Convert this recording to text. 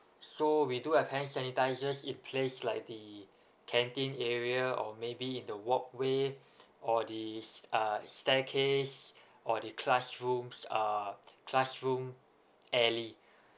so we do have hand sanitisers in place like the canteen area or maybe in the walkway or the uh staircase or the classrooms um classroom alley